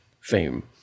fame